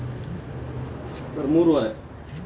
ನಾನು ಬೆಳೆಸಿರುವ ಬದನೆ ಗಿಡಕ್ಕೆ ಕೀಟಬಾಧೆಗೊಳಗಾಗಲು ಕಾರಣವೇನು?